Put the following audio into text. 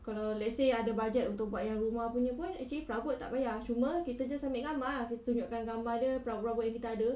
kalau let's say ada budget untuk buat yang rumah punya pun actually perabot tak payah cuma kita just ambil gambar ah kita tunjukkan gambar dia perabot-perabot yang kita ada